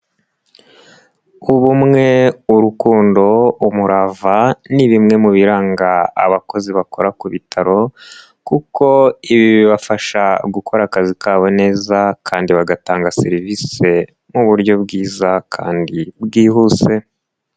Ubumwe, urukundo, umurava ni bimwe mu biranga abakozi bakora ku bitaro kuko ibi bibafasha gukora akazi kabo neza kandi bagatanga serivisi mu buryo bwiza kandi bwihuse.